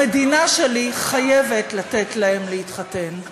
המדינה שלי חייבת לתת להם להתחתן.